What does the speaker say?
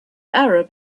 arab